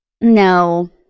no